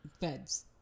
Feds